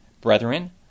Brethren